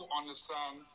understand